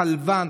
החלבן,